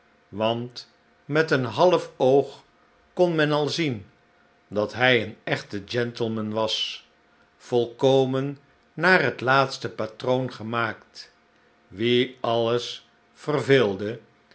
want met een half oog kon men al zien dat hij een echte gentleman was volkomen naar het laatste patroon gemaakt wien alles verveelde